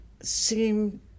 seem